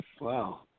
Wow